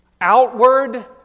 outward